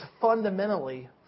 fundamentally